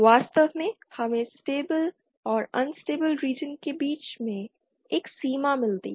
वास्तव में हमें स्टेबिल और अनस्टेबिल रीजन के बीच एक सीमा मिलती है